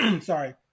sorry